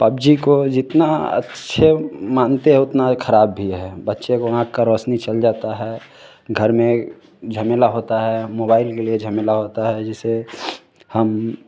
PUBG को जितना अच्छे मानते हो उतना खराब भी है बच्चे को आँख का रौशनी चल जाता है घर में झमेला होता है मोबाइल के लिए झमेला होता है जैसे हम